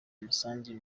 musanzu